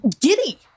giddy